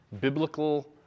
biblical